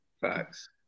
facts